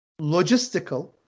logistical